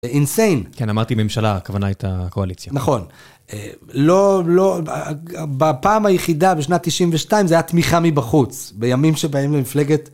אינסיין. כן, אמרתי ממשלה, הכוונה הייתה הקואליציה. נכון. לא, לא... בפעם היחידה, בשנת 92, זה היה תמיכה מבחוץ. בימים שבהם למפלגת...